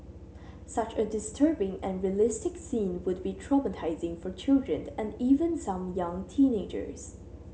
such a disturbing and realistic scene would be traumatising for children and even some young teenagers